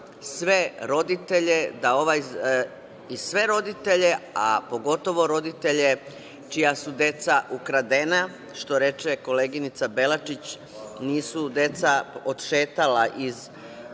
sve roditelje, a pogotovo roditelje čija su deca ukradena, što reče koleginica Belačić nisu deca odšetala iz